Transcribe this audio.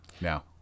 now